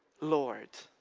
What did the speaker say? lord.